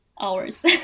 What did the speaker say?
hours